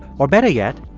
or better yet,